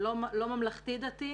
לא ממלכתי דתי,